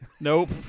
Nope